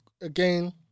again